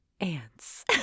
ants